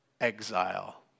exile